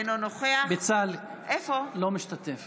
אינו משתתף